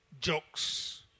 jokes